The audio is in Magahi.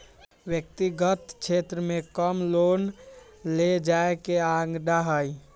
व्यक्तिगत क्षेत्र में कम लोन ले जाये के आंकडा हई